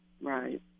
Right